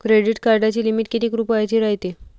Credit कार्डाची limit कितीक रुपयाची रायते?